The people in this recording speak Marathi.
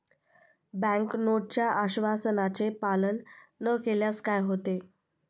बँक नोटच्या आश्वासनाचे पालन न केल्यास काय होते?